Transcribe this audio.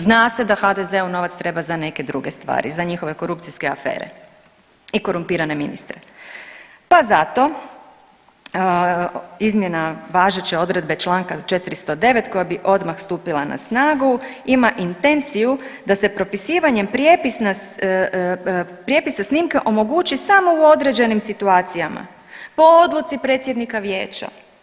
Zna se da HDZ-u novac treba za neke druge stvari, za njihove korupcijske afere i korumpirane ministre pa zato izmjena važeće odredbe Članka 409. koja bi odmah stupila na snagu ima intenciju da se propisivanjem prijepisa snimke omogući samo u određenim situacija, po odluci predsjednika vijeća.